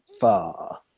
far